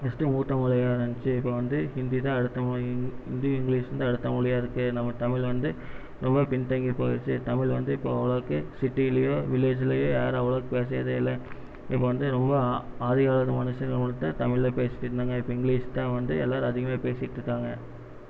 first மூத்த மொழியா இருந்துச்சு இப்போ வந்து ஹிந்தி தான் அடுத்த மொழி ஹிந்தி இங்கிலீஷ் வந்து அடுத்த மொழியா இருக்கு நம்ம தமிழ் வந்து ரொம்ப பின் தங்கிப் போச்சு தமிழ் வந்து இப்போ அவ்வளோக்கு சிட்டிலியோ வில்லேஜ்லையோ யாரும் அவ்வளோக்கு பேசறதே இல்லை இப்போ வந்து ரொம்ப ஆ ஆதி காலத்து மனுஷங்க வந்துவிட்டு தமிழ்ல பேசிட்டுருந்தாங்க இங்கிலீஷ் தான் வந்து எல்லாரும் அதிகமாக பேசிட்டுருக்காங்க